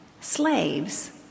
slaves